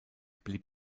blieb